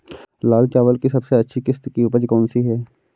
लाल चावल की सबसे अच्छी किश्त की उपज कौन सी है?